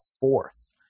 fourth